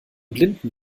blinden